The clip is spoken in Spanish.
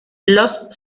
lost